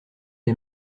les